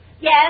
Yes